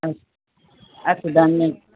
अस्तु अस्तु धन्यः